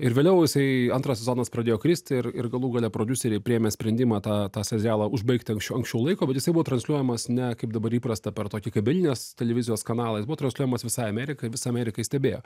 ir vėliau jisai antras sezonas pradėjo kristi ir ir galų gale prodiuseriai priėmė sprendimą tą tą serialą užbaigti anksč anksčiau laiko bet jisai buvo transliuojamas ne kaip dabar įprasta per tokį kabelinės televizijos kanalą jis buvo transliuojamas visai amerikai ir visa amerika jį stebėjo